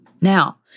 Now